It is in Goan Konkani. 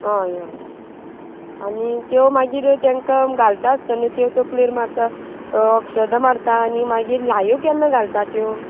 हय हय आनी त्यो मागीर तांकां घालता आसतना त्यो त्यो तकलेर मारता अक्षदां मारता आनी मागीर लायो केन्ना घालता त्यो